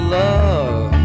love